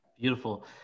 Beautiful